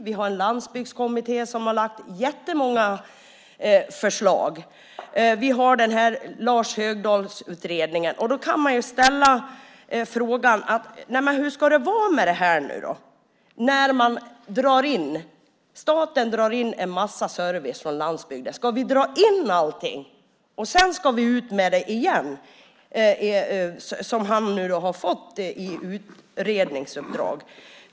Vi har en landsbygdskommitté som lagt fram mängder av förslag. Vi har också Lars Högdahls utredning. Då kan man fråga sig hur det ska bli när staten drar in en mängd service på landsbygden. Ska vi dra in allting och sedan ut med det igen? Det är vad han fått i utredningsuppdrag.